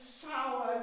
sour